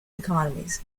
economies